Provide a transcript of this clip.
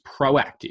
proactive